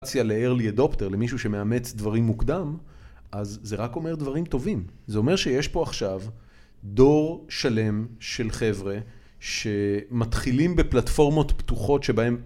-ציה ל early adopter, למישהו שמאמץ דברים מוקדם, אז, זה רק אומר דברים טובים. זה אומר שיש פה עכשיו, דור שלם של חבר'ה ש...מתחילים בפלטפורמות פתוחות שבהם